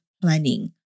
planning